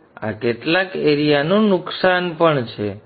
તેથી આ કેટલાક એરીયાનું નુકસાન પણ છે અને